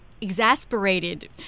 exasperated